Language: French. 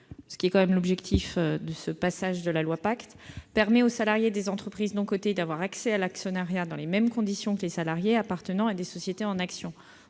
ce qui est l'objectif du projet de loi PACTE, et aux salariés des entreprises non cotées d'avoir accès à l'actionnariat dans les mêmes conditions que les salariés appartenant à des sociétés en actions.